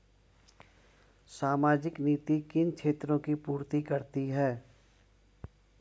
सामाजिक नीति किन क्षेत्रों की पूर्ति करती है?